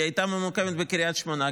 כי היא הייתה ממוקמת בקריית שמונה,